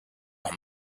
want